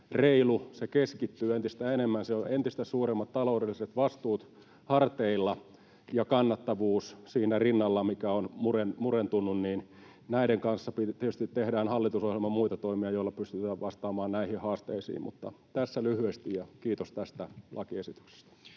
tuhat, se keskittyy entistä enemmän. Siellä on entistä suuremmat taloudelliset vastuut harteilla ja kannattavuus siinä rinnalla, mikä on murentunut. Näiden kanssa tietysti tehdään hallitusohjelman muita toimia, joilla pystytään vastaamaan näihin haasteisiin. Tässä lyhyesti, ja kiitos tästä lakiesityksestä.